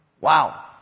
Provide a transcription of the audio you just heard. Wow